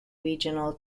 regional